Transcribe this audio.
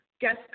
guest